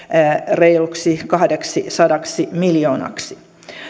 reiluksi kahdeksisadaksi miljoonaksi